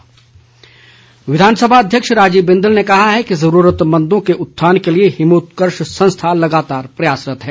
बिंदल विधानसभा अध्यक्ष राजीव बिंदल ने कहा है कि ज़रूरतमंदों के उत्थान के लिए हिमोत्कर्ष संस्था लगातार प्रयासरत है